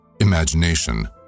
Imagination